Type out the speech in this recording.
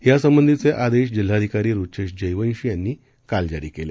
यासंबंधीचे आदेश जिल्हाधिकारी रुचेश जयवंशी यांनी काल जारी केले